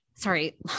sorry